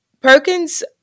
Perkins